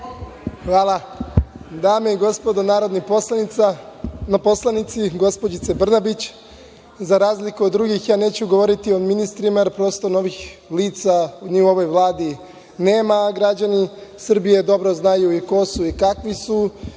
Hvala. Dame i gospodo narodni poslanici, gospođice Brnabić, za razliku od drugih ja neću govoriti o ministrima jer prosto, novih lica u ovoj Vladi nema, a građani Srbije dobro znaju i ko su i kakvi su